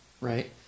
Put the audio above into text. right